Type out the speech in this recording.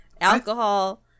alcohol